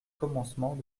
commencements